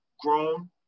grown